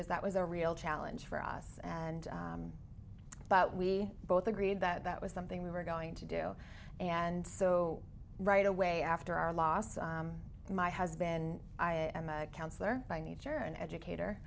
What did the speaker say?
was that was a real challenge for us and but we both agreed that that was something we were going to do and so right away after our lost my husband i am a counselor by nature and educator